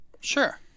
Sure